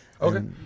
Okay